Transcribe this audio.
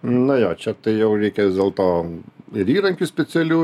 nu jo čia tai jau reikės dėl to ir įrankių specialių